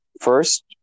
first